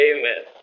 Amen